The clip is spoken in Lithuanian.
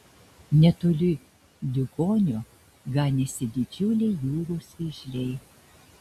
netoli diugonio ganėsi didžiuliai jūros vėžliai